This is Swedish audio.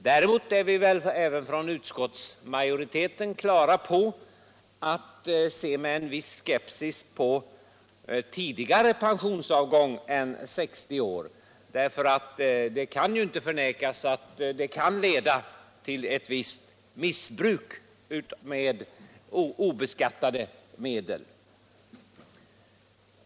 Däremot är vi även i utskottsmajoriteten benägna att se med viss skepsis på pensionsavgång tidigare än vid '60 års ålder. Det kan ju inte förnekas att detta kan leda till ett missbruk av obeskattade medel.